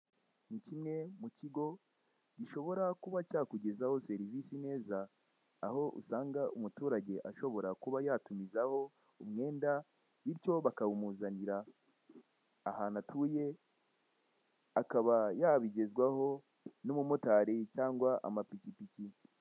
ni kimwe mu kigo gishobora kuba cyakugezaho serivisi neza, aho usanga umuturage ashobora kuba yatumizaho umwenda bityo bakawumuzanira ahantu atuye akaba yabigezwaho n'umumotari cyangwa amapikipiki.